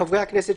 חברי הכנסת,